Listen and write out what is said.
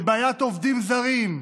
לבעיית העובדים הזרים,